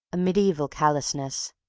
a mediaeval callousness.